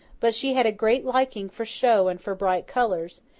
but she had a great liking for show and for bright colours,